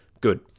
good